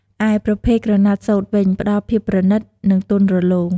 ឯប្រភេទក្រណាត់សូត្រវិញ ផ្ដល់ភាពប្រណីត និងទន់រលោង។